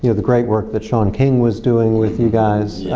you know the great work that shaun king was doing with you guys.